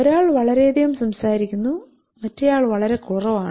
ഒരാൾ വളരെയധികം സംസാരിക്കുന്നു മറ്റെയാൾ വളരെ കുറവാണ്